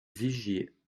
vigier